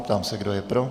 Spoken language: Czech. Ptám se, kdo je pro.